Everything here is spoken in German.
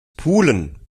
pulen